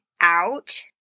out